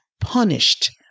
punished